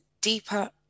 deeper